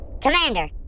Commander